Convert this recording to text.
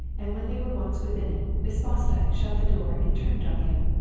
and when they were once within it, miss fosdyke shut the door and turned on him.